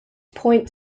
point